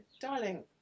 Darling